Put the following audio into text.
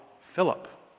Philip